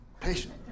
patient